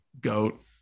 goat